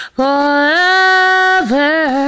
forever